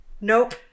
Nope